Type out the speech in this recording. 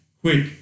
quick